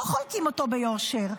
לא חולקים אותו ביושר,